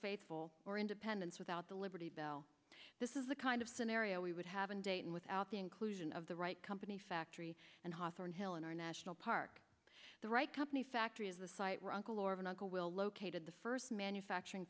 faithful or independents without the liberty bell this is the kind of scenario we would have in dayton without the inclusion of the right company factory and hawthorn hill in our national park the right company factory is a site where uncle or an uncle will located the first manufacturing